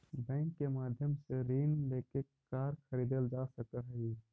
bank के माध्यम से ऋण लेके कार खरीदल जा सकऽ हइ